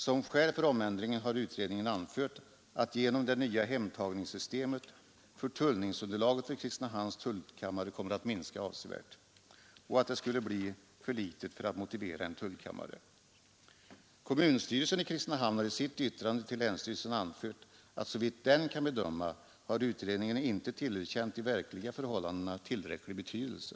Som skäl för omändringen har utredningen anfört att förtullningsunderlaget för Kristinehamns tullkammare genom det nya hemtagningssystemet kommer att minska avsevärt och att det skulle bli för litet för att motivera en tullkammare. Kommunstyrelsen i Kristinehamn har i sitt yttrande till länsstyrelsen anfört att såvitt kommunstyrelsen kan bedöma har utredningen inte tillmätt de verkliga förhållandena tillräcklig betydelse.